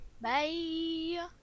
Bye